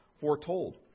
foretold